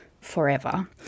forever